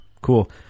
Cool